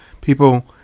people